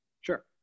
Sure